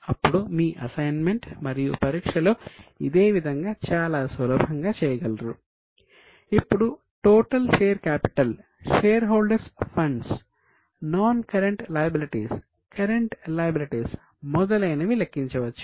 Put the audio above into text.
ఇప్పుడు total share capital మొదలైనవి లెక్కించవచ్చు